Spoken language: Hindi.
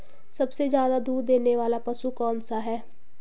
सबसे ज़्यादा दूध देने वाला पशु कौन सा है?